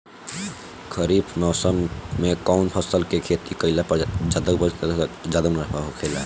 खरीफ़ मौसम में कउन फसल के खेती कइला पर ज्यादा उपज तथा ज्यादा मुनाफा होखेला?